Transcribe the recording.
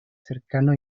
cercano